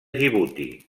djibouti